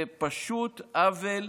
זה פשוט עוול,